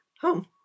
home